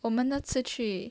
我们那次去